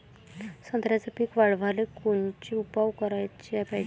संत्र्याचं पीक वाढवाले कोनचे उपाव कराच पायजे?